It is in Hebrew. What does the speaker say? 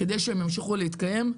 כדי שהם ימשיכו להתקיים.